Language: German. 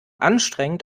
anstrengend